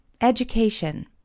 education